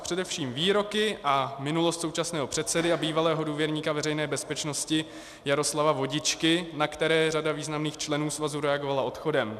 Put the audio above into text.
Především výroky a minulost současného předsedy a bývalého důvěrníka Veřejné bezpečnosti Jaroslava Vodičky, na které řada významných členů svazu reagovala odchodem.